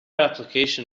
application